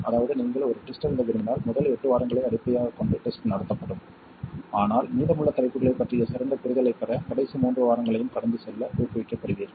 அதாவது நீங்கள் ஒரு டெஸ்ட் எழுத விரும்பினால் முதல் எட்டு வாரங்களை அடிப்படையாகக் கொண்டு டெஸ்ட் நடத்தப்படும் ஆனால் மீதமுள்ள தலைப்புகளைப் பற்றிய சிறந்த புரிதலைப் பெற கடைசி மூன்று வாரங்களையும் கடந்து செல்ல ஊக்குவிக்கப்படுவீர்கள்